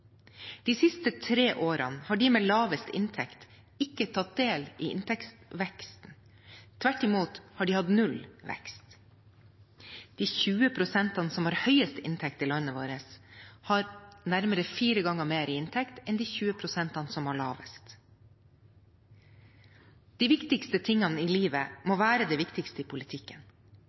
De siste tre årene har de med lavest inntekt ikke tatt del i inntektsveksten. Tvert imot har de hatt nullvekst. De 20 prosentene som har høyest inntekt i landet vårt, har nærmere fire ganger mer i inntekt enn de 20 prosentene som har lavest. De viktigste tingene i livet må være det viktigste i politikken.